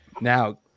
Now